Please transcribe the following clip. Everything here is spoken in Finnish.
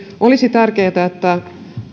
olisi tärkeätä että